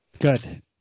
Good